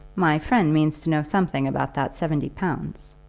my friend means to know something about that seventy pounds.